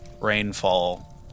rainfall